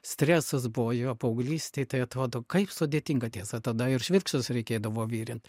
stresas buvo jo paauglystėj tai atrodo kaip sudėtinga tiesa tada ir švirkštus reikėdavo virint